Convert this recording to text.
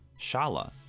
Shala